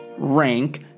Rank